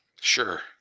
Sure